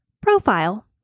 Profile